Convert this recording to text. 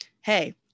hey